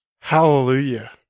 hallelujah